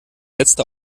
letzte